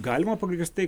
galima pagrįstai